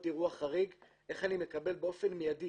אירוע חריג איך אני מקבל באופן מידי